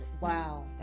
Wow